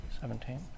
Seventeen